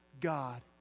God